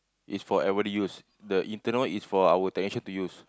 it's for everybody use the internal is for our technician to use